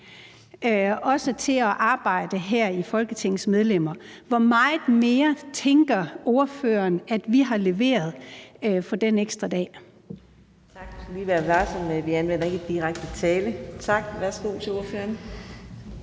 også til at arbejde her som Folketingets medlemmer. Hvor meget mere tænker ordføreren at vi har leveret med den ekstra dag?